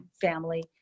family